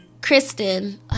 Kristen